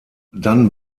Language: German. dann